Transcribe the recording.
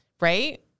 right